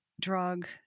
drug